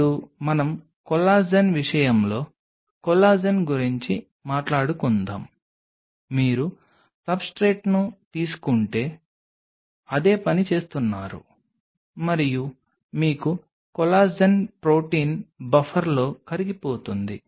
ఇప్పుడు మనం కొల్లాజెన్ విషయంలో కొల్లాజెన్ గురించి మాట్లాడుకుందాం మీరు సబ్స్ట్రేట్ను తీసుకుంటే అదే పని చేస్తున్నారు మరియు మీకు కొల్లాజెన్ ప్రోటీన్ బఫర్లో కరిగిపోతుంది